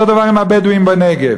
אותו דבר עם הבדואים בנגב.